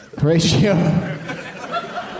ratio